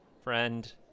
friend